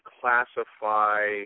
classify